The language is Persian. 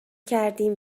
کردیم